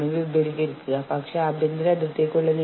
പരാതി നടപടിക്രമങ്ങൾ മാനേജ്മെന്റിനെ സഹായിക്കുന്നു